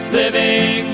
living